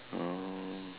oh